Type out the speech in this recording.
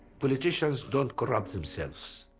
politicians don't corrupt themselves,